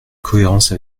cohérence